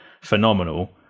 phenomenal